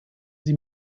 sie